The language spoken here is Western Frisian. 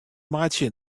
meitsje